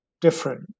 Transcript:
different